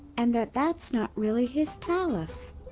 and that that's not really his palace.